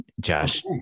Josh